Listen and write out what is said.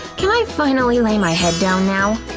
can i finally lay my head down now?